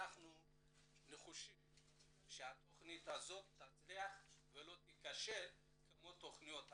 אנחנו נחושים שהתכנית תצליח ולא תיכשל כמו התכניות הקודמות.